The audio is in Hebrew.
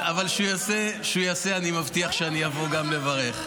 אבל כשהוא יעשה, אני מבטיח שאני אבוא גם לברך.